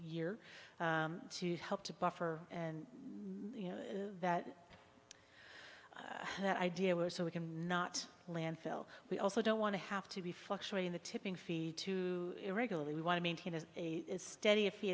year to help to buffer and you know that that idea was so we can not landfill we also don't want to have to be fluctuating the tipping fee to irregularly we want to maintain a steady if